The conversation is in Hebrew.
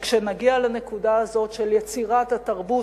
כשנגיע לנקודה הזאת של יצירת התרבות